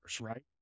right